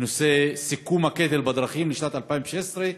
בנושא סיכום הקטל בדרכים בשנת 2016,